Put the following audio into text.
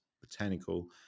botanical